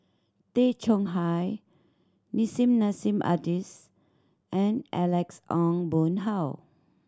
Tay Chong Hai Nissim Nassim Adis and Alex Ong Boon Hau